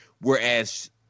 Whereas